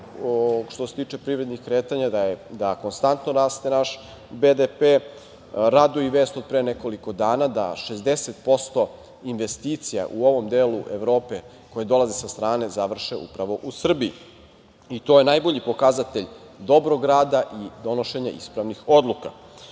što se tiče privrednih kretanja da konstantno raste naš BDP. Raduje i vest od pre nekoliko dana da 60% investicija u ovom delu Evrope koje dolaze sa strane završe upravo u Srbiji. To je najbolji pokazatelj dobrog rada i donošenja ispravnih